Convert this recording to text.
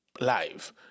live